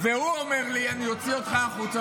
והוא אומר לי: אני אוציא אותך החוצה,